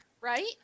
right